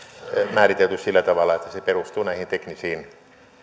määritelty sillä tavalla että se perustuu näihin teknisiin